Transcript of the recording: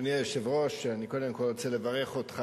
אדוני היושב-ראש, אני קודם כול רוצה לברך אותך.